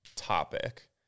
topic